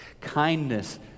Kindness